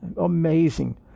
Amazing